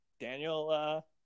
Daniel